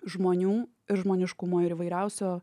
žmonių ir žmoniškumo ir įvairiausio